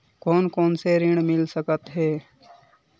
कोन कोन से ऋण मिल सकत हे?